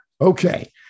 Okay